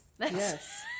Yes